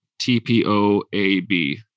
TPOAB